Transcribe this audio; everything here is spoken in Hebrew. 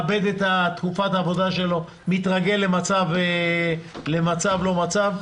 מתרגל למצב מסוים.